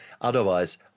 otherwise